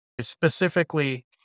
Specifically